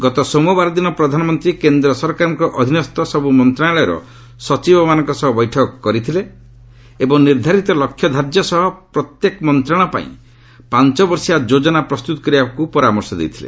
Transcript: ଗତ ସୋମବାର ଦିନ ପ୍ରଧାନମନ୍ତ୍ରୀ କେନ୍ଦ୍ର ସରକାରଙ୍କ ଅଧୀନସ୍ଥ ସବୁ ମନ୍ତ୍ରଣାଳୟର ସଚିବମାନଙ୍କ ସହ ବୈଠକ କରିଥିଲେ ଏବଂ ନିର୍ଦ୍ଧାରିତ ଲକ୍ଷ୍ୟ ଧାର୍ଯ୍ୟ ସହ ପ୍ରତ୍ୟେକ ମନ୍ତ୍ରଣାଳୟପାଇଁ ପାଞ୍ଚ ବର୍ଷିଆ ଯୋଜନା ପ୍ରସ୍ତୁତ କରିବାପାଇଁ ପରାମର୍ଶ ଦେଇଥିଲେ